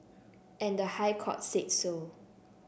and the High Court said so